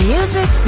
Music